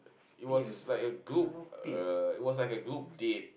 it was like a group uh it was like a group date